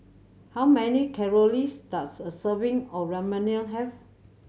how many does a serving of Ramyeon have